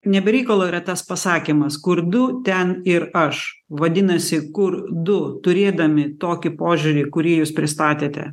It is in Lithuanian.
ne be reikalo yra tas pasakymas kur du ten ir aš vadinasi kur du turėdami tokį požiūrį kurį jūs pristatėte